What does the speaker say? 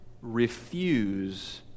refuse